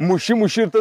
muši muši ir ten